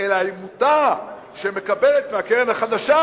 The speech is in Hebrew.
אלא עם עמותה שמקבלת מהקרן החדשה,